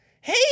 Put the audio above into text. Hey